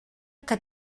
que